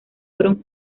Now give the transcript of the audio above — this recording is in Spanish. fueron